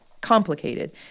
complicated